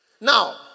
Now